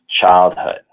childhood